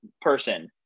person